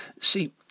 See